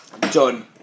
Done